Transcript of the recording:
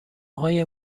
های